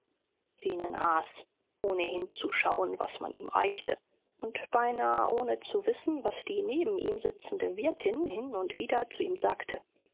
zenon aß ohne hinzuschauen was man ihm reichte und beinah ohne zu wissen was die neben ihm sitzende wirtin hin und wieder zu ihm sagte